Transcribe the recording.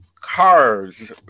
Cars